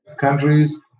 countries